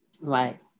Right